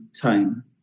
time